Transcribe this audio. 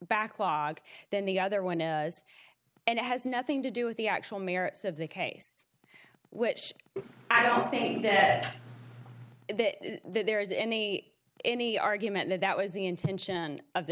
backlog than the other one and it has nothing to do with the actual merits of the case which i don't think there is any any argument that that was the intention of th